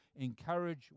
encourage